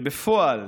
ובפועל,